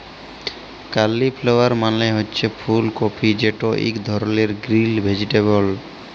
cauliflower মালে হছে ফুল কফি যেট ইক ধরলের গ্রিল ভেজিটেবল